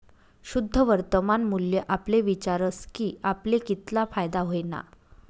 शुद्ध वर्तमान मूल्य आपले विचारस की आपले कितला फायदा व्हयना